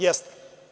Jeste.